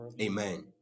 Amen